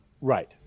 right